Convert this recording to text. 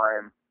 time